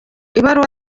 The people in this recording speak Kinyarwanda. ibaruwa